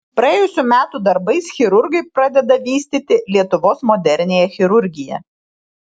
praėjusių metų darbais chirurgai pradeda vystyti lietuvos moderniąją chirurgiją